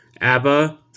ABBA